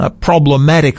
problematic